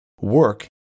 Work